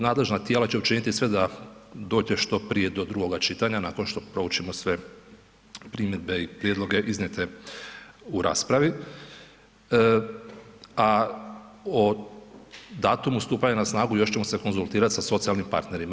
Nadležna tijela će učiniti sve da dođe što prije do drugoga čitanja nakon što proučimo sve primjedbe i prijedloge iznijete u raspravi, a o datumu stupanja na snagu još ćemo se konzultirati sa socijalnim partnerima.